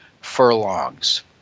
furlongs